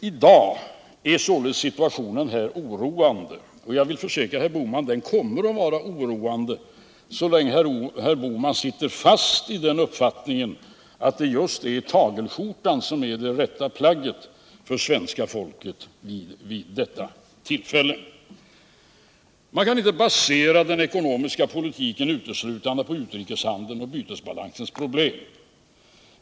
I dag är således situationen oroande, och jag kan försäkra herr Bohman att den kommer att vara det så länge han sitter fast i uppfattningen att det är just tagelskjortan som nu är det rätta plagget för svenska folket. Man kan inte basera den ekonomiska politiken uteslutande på utrikeshan deln och bytesbalansens problem.